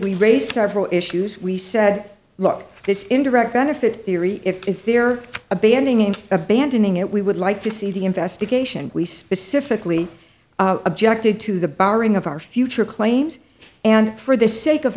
we raised several issues we said look this indirect benefit theory if there are a banding and abandoning it we would like to see the investigation we specifically objected to the barring of our future claims and for the sake of